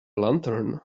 lantern